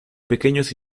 pequeños